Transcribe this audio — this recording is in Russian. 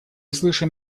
слышим